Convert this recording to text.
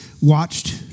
watched